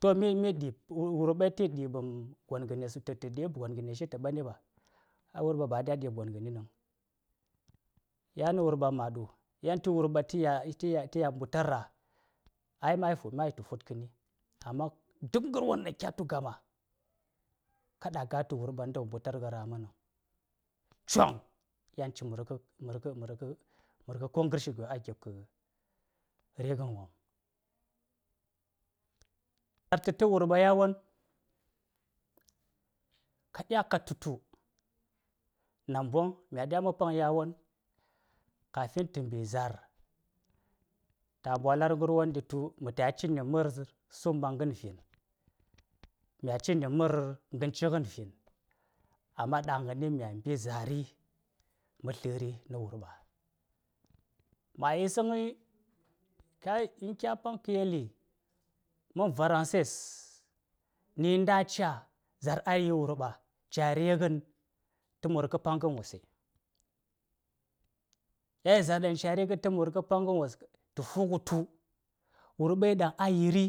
To myan mi ɗib, wurɓai ti yi gon ngəne shi tə mbani ɓi, ai wurɓai ba a dya diɓ gon ngə nin nən yan nə wurɓa ma ɗu ti ui tu wurɓa tə ya mbu tar rah ai mayitu fud ƙən amma duk ngər won ɗan kye tu gama kaɗa a ga tu wurɓa ngənta wo mbutar nga rah mə nən, choŋ yan ci nə mur gə ko ngəshi gyo a gip kə ri ngən wom ka tlə tə wur ɓa yawon ka tlə tə wur ɓa yawon ka ɗya ka tutə namɓon mya dya mə pan, yawon kafin tə mbawalan ngər won di tu mə ta ya cini mər səmma ngən cingən vin amma ɗaŋni caa mɓi zaari mə tləri nə wurɓa. ma yi səngəi in ƙya pan, kə yeli mən varan, ses ni inta a caa zaar a yir wurɓa ca ringən ta mur ngə paŋ ngən wose. kya yel zaar caa ringən tə mur gə pan ngən wos tə fu gə tu wurɓai ɗan a yiri